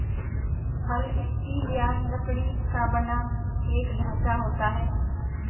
हल स्टील या लकड़ी का बना एक ढांचा होता है